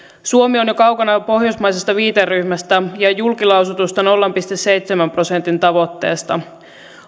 suomi on jo kaukana pohjoismaisesta viiteryhmästä ja julkilausutusta nolla pilkku seitsemän prosentin tavoitteesta